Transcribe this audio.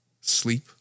sleep